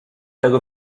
tego